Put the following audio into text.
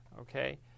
Okay